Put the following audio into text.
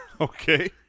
Okay